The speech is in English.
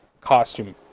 costume